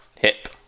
hip